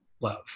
love